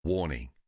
Warning